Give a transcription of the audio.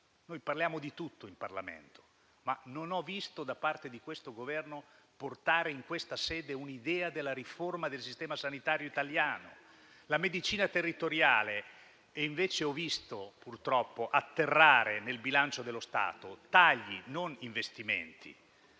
Noi parliamo di tutto in Parlamento, ma non ho visto da parte di questo Governo portare in questa sede un'idea della riforma del sistema sanitario italiano: c'è la medicina territoriale; invece, ho visto purtroppo atterrare sul bilancio dello Stato tagli, non investimenti.